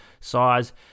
size